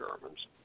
Germans